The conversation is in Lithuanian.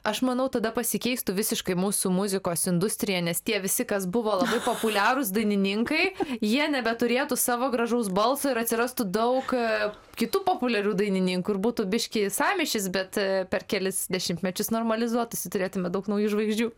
aš manau tada pasikeistų visiškai mūsų muzikos industrija nes tie visi kas buvo labai populiarūs dainininkai jie nebeturėtų savo gražaus balso ir atsirastų daug kitų populiarių dainininkų ir būtų biškį sąmyšis bet per kelis dešimtmečius normalizuotųsi turėtume daug naujų žvaigždžių